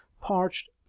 parched